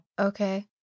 okay